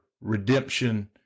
redemption